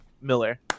Miller